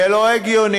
זה לא הגיוני,